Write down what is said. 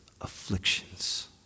afflictions